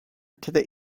into